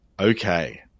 Okay